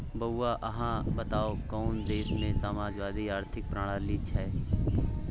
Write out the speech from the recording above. बौआ अहाँ बताउ कोन देशमे समाजवादी आर्थिक प्रणाली छै?